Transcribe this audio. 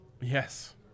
Yes